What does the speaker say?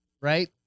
right